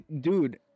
Dude